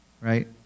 right